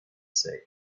sake